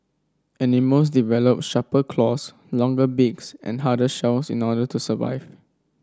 animals develop sharper claws longer beaks and harder shells in order to survive